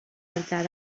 altar